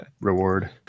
reward